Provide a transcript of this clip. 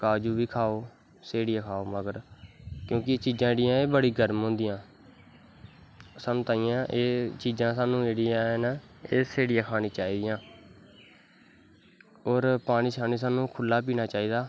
काज़ू बी खाओ स्हेड़ियै खाओ मगर क्योंकि चीज़ा जेह्ड़ियां एह् बड़ियां गर्म होंदियां साह्नू तांईयैं चीज़ां जेह्ड़ियां एह् नै एह् स्हेड़ियै खाना चाही दियां और पानी शानी साह्नू खुल्ला पीनां चाही दा